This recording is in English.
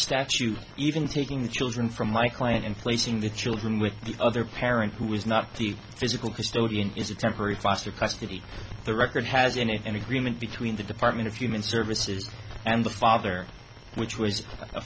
statute even taking the children from my client and placing the children with the other parent who is not the physical custodian is a temporary foster custody the record has been an agreement between the department of human services and the father which was a